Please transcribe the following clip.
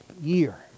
year